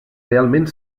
realment